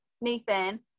Nathan